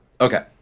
Okay